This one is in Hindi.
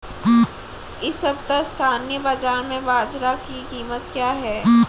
इस सप्ताह स्थानीय बाज़ार में बाजरा की कीमत क्या है?